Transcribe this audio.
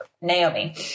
Naomi